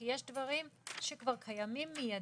כי יש דברים שכבר קיימים מידית,